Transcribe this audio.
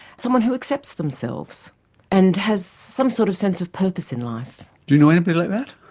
someone who accepts themselves and has some sort of sense of purpose in life. do you know anybody like that?